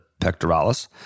pectoralis